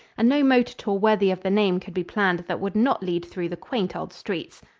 and no motor tour worthy of the name could be planned that would not lead through the quaint old streets.